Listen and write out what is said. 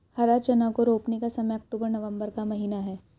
हरा चना को रोपने का समय अक्टूबर नवंबर का महीना है